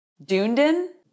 Dunedin